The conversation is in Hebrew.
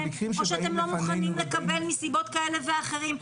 או שאתם לא מוכנים לקבל מסיבות כאלה ואחרות,